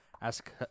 Ask